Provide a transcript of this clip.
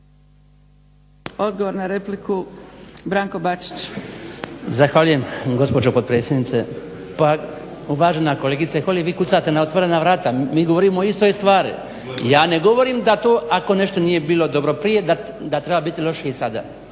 Bačić. **Bačić, Branko (HDZ)** Zahvaljujem gospođo potpredsjednice. Pa uvažena kolegice Holy, vi kucate na otvorena vrata, mi govorimo o istoj stvari, ja ne govorim da to ako nešto nije bilo dobro prije da treba biti lošije i sada,